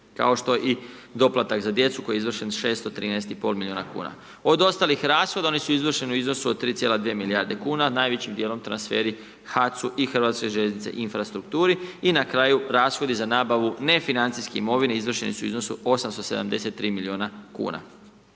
kao što je i doplatak za djecu koji je izvršen 613,5 milijuna kuna. Od ostalih rashoda, oni su izvršeni u iznosu od 3,2 milijarde kuna, najvećim dijelom transferi HAC-u i HŽ infrastruktura. I na kraju rashodi za nabavu nefinancijske imovine izvršeni su u iznosu 873 milijuna kuna.